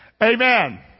Amen